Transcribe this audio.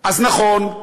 אז נכון,